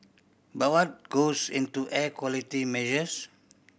but what goes into air quality measures